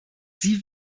sie